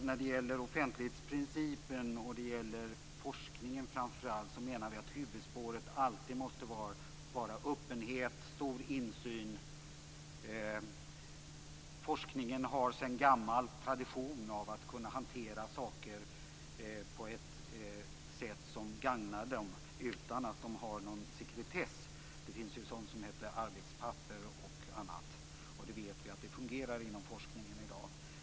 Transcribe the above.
När det gäller offentlighetsprincipen och framför allt forskningen menar vi att huvudspåret alltid måste vara öppenhet och stor insyn. Forskningen har sedan gammalt en tradition av att kunna hantera saker på ett sätt som gagnar den utan att man har någon sekretess. Det finns ju sådant som heter arbetspapper och annat, och vi vet att det fungerar inom forskningen i dag.